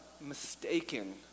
mistaken